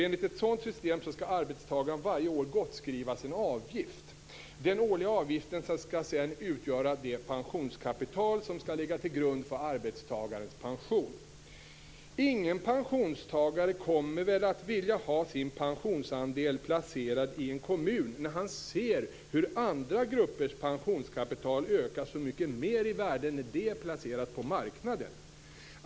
Enligt ett sådant system skall arbetstagaren varje år gottskrivas en avgift. Den årliga avgiften skall sedan utgöra det pensionskapital som skall ligga till grund för arbetstagarens pension. Ingen pensionstagare kommer väl att vilja ha sin pensionsandel placerad i en kommun när han ser hur andra gruppers pensionskapital ökar så mycket mer i värde när det är placerat på marknaden.